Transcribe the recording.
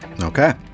Okay